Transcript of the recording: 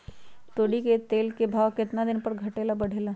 तोरी के तेल के भाव केतना दिन पर घटे ला बढ़े ला?